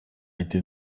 été